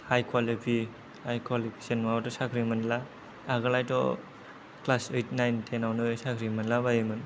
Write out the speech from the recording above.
high quali high qualification नङाबाथ' साख्रि मोनला आगोलहायथ' क्लास ओइत नाइन टेनावनो साख्रि मोनला बायोमोन